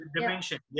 Dimension